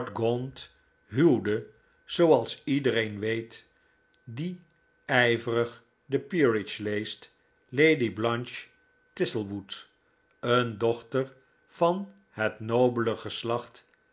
huwde zooals iedereen weet die ijverig de peerage leest lady blanche thistlewood een dochter van het nobele geslacht